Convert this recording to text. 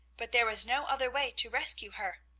but there was no other way to rescue her.